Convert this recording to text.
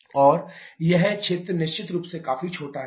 WnetFAarea 1 2 3 4 1 और यह क्षेत्र निश्चित रूप से काफी छोटा है